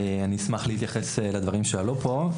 אשמח להתייחס לדברים שעלו פה.